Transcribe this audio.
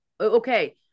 Okay